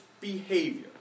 behavior